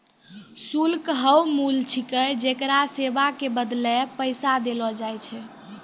शुल्क हौअ मूल्य छिकै जेकरा सेवा के बदले पैसा देलो जाय छै